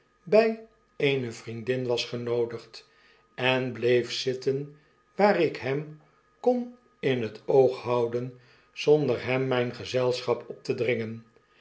bij eene vriendin was genoodigd en bleef zitten waar ik hem kon in het oog houden zonder hem myn gezelschap op te dringen